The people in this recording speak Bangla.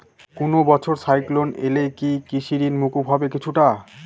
কোনো বছর সাইক্লোন এলে কি কৃষি ঋণ মকুব হবে কিছুটা?